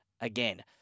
again